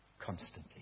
constantly